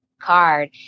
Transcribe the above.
Card